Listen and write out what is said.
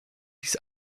dies